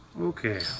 Okay